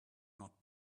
not